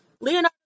Leonardo